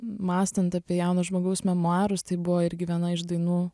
mąstant apie jauno žmogaus memuarus tai buvo irgi viena iš dainų